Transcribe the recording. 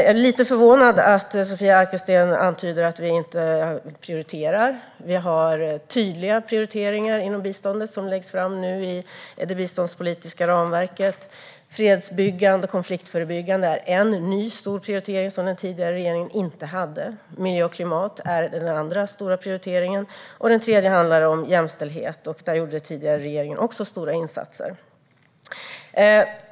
Jag är lite förvånad över att Sofia Arkelsten antyder att vi inte prioriterar. Vi har tydliga prioriteringar inom biståndet som nu läggs fram i det biståndspolitiska ramverket. Fredsbyggande och konfliktförebyggande är en ny stor prioritering som den tidigare regeringen inte hade. Miljö och klimat är den andra stora prioriteringen, och den tredje handlar om jämställdhet. Där gjorde den tidigare regeringen också stora insatser.